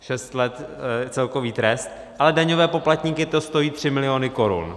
Šest let je celkový trest, ale daňové poplatníky to stojí 3 miliony korun.